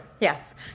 Yes